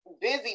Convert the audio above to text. busy